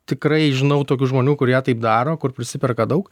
tikrai žinau tokių žmonių kurie taip daro kur prisiperka daug